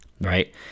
right